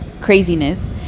craziness